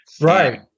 Right